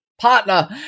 partner